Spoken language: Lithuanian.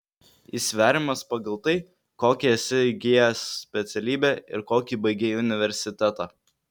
jis sveriamas pagal tai kokią esi įgijęs specialybę ir kokį baigei universitetą